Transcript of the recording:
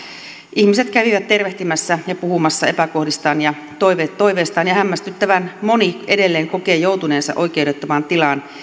ihmiset kävivät tervehtimässä ja puhumassa epäkohdista ja toiveistaan hämmästyttävän moni edelleen kokee joutuneensa oikeudettomaan tilaan